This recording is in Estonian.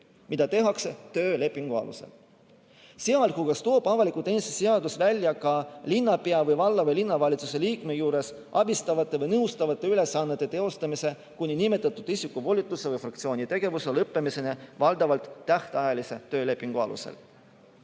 mida tehakse töölepingu alusel. Sealhulgas toob avaliku teenistuse seadus välja ka linnapea või valla- või linnavalitsuse liikme juures abistavate või nõustavate ülesannete teostamise kuni nimetatud isiku volituse või fraktsiooni tegevuse lõppemiseni valdavalt tähtajalise töölepingu alusel.